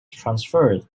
transferred